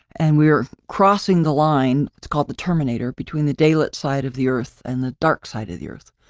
and we were crossing the line, it's called the terminator, between the day-lit side of the earth, and the dark side of the earth.